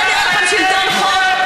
זה נראה לכם שלטון חוק?